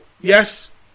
yes